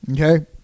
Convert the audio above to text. okay